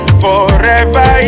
forever